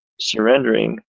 surrendering